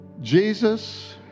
Jesus